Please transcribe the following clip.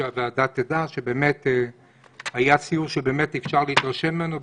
היה סיור שבאמת אפשר היה להתרשם ממנו.